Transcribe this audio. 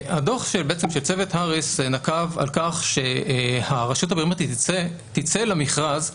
הדוח של צוות האריס נקב בכך שהרשות הביומטרית תצא למכרז ביוני-יולי,